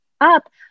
up